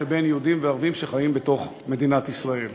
שבין יהודים וערבים שחיים בתוך מדינת ישראל,